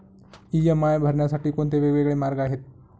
EMI भरण्यासाठी कोणते वेगवेगळे मार्ग आहेत?